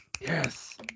Yes